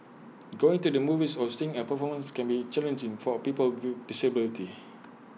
going to the movies or seeing A performance can be challenging for people with disabilities